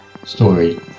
story